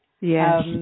Yes